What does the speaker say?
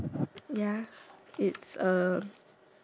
oh no okay